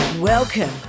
Welcome